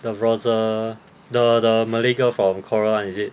the rosa the the malay girl from coral line is it